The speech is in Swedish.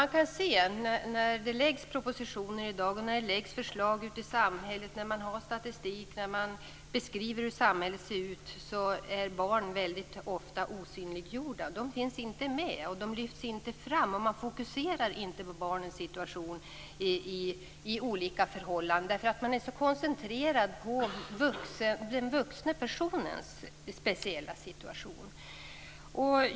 I dag när propositioner läggs fram och när förslag presenteras ute i samhället, liksom när det gäller statistik och beskrivningar av hur samhället ser ut, är barnen ofta osynliga. De finns inte med. De lyfts inte fram och man fokuserar inte på barnens situation under olika förhållanden. Man är i stället mycket koncentrerad på den vuxnes speciella situation.